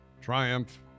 Triumph